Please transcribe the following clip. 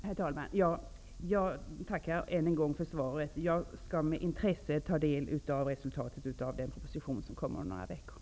Herr talman! Jag tackar än en gång för svaret. Jag skall med intresse ta del av resultatet av den proposition som kommer om några veckor.